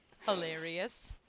Hilarious